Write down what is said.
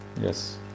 Yes